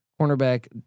cornerback